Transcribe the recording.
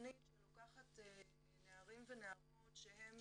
תכנית שלוקחת נערים ונערות שהם